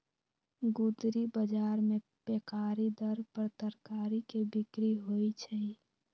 गुदरी बजार में पैकारी दर पर तरकारी के बिक्रि होइ छइ